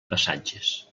passatges